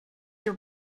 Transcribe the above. your